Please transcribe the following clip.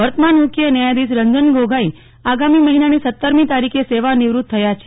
વર્તમાન મુખ્ય ન્યાયાધીશ રંજન ગોગોઈ આગામી મહિનાની સતમી તારીખે સેવા નિવ્રત્ત થયા છે